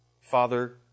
Father